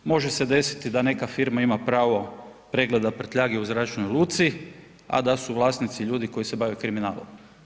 Može se desiti da neka firma ima pravo pregleda prtljage u zračnoj luci, a da su vlasnici ljudi koji se bave kriminalom.